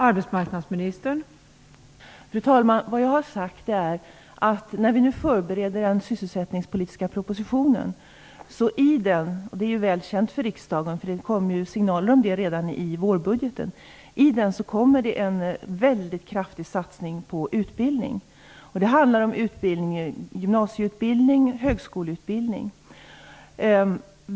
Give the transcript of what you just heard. Fru talman! Vad jag har sagt är att det i den sysselsättningspolitiska proposition vi nu förbereder kommer en väldigt kraftig satsning på utbildning. Det är ju väl känt för riksdagen eftersom det kom signaler om det redan i vårbudgeten. Det handlar om gymnasieutbildning och om högskoleutbildning.